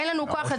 אין לנו כוח אדם.